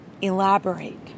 elaborate